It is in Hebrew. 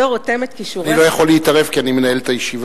אני לא יכול להתערב, כי אני מנהל את הישיבה.